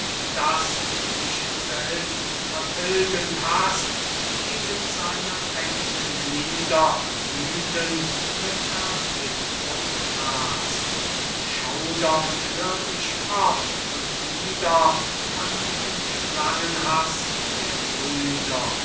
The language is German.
das sich selbst vertilgend haßt gegen seine eignen glieder wüthend mit erbittrung rast schaudernd hört ich oft und wieder von dem schlangenhaß der brüder